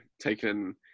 taken